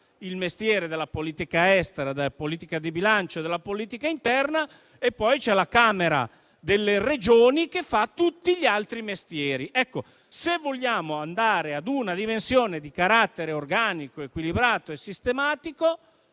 si occupa di politica estera, politica di bilancio e politica interna e, poi, c'è la Camera delle Regioni che fa tutti gli altri mestieri. Ecco, se vogliamo andare ad una dimensione di carattere organico, equilibrato e sistematico,